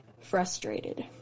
frustrated